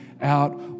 out